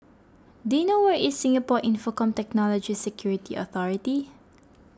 do you know where is Singapore Infocomm Technology Security Authority